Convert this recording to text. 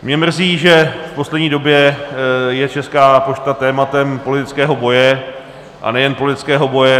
Mě mrzí, že v poslední době je Česká pošta tématem politického boje, a nejen politického boje.